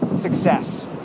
success